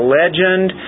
legend